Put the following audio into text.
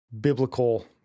biblical